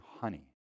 honey